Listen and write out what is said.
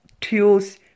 tools